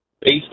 based